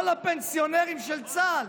כל הפנסיונרים של צה"ל,